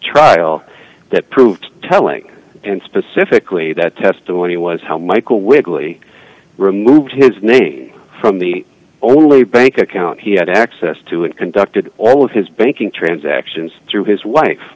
trial that proved telling and specifically that testimony was how michael wigley removed his name from the only bank account he had access to and conducted all of his banking transactions through his wife